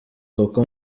kuko